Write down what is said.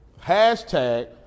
hashtag